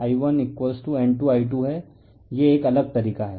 एक अलग तरीका हैं